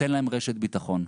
תן להם רשת ביטחון,